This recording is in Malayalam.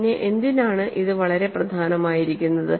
പിന്നെ എന്തിനാണ് ഇത് വളരെ പ്രധാനമായിരിക്കുന്നത്